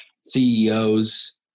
CEOs